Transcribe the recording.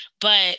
but-